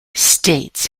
states